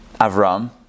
Avram